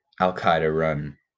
al-Qaeda-run